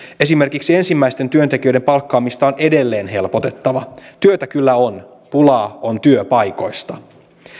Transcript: esimerkiksi ensimmäisten työntekijöiden palkkaamista on edelleen helpotettava työtä kyllä on pulaa on työpaikoista